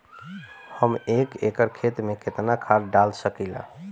हम एक एकड़ खेत में केतना खाद डाल सकिला?